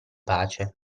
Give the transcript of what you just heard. pace